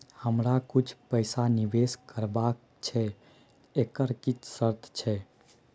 हमरा कुछ पैसा निवेश करबा छै एकर किछ शर्त छै?